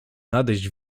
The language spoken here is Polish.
nadejść